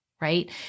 right